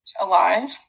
alive